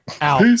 Out